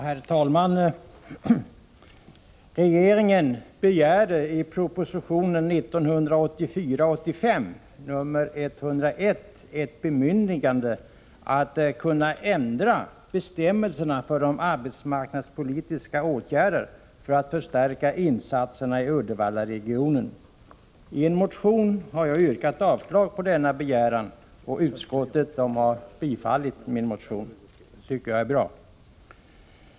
Herr talman! För att förstärka insatserna i Uddevallaregionen begärde regeringen i proposition 1984/85:101 ett bemyndigande att kunna ändra bestämmelserna för de arbetsmarknadspolitiska åtgärderna. I en motion har jag yrkat avslag på denna begäran, och utskottet har tillstyrkt min motion. Det tycker jag är bra.